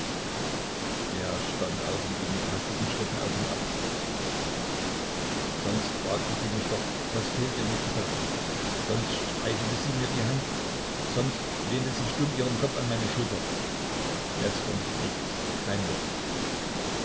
er stand auf und ging mit hastigen schritten auf und ab sonst fragte sie mich doch was fehlt dir mikita sonst streichelte sie mir die hand sonst lehnte sie stumm ihren kopf an meine schulter gestern nichts kein wort